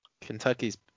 Kentucky's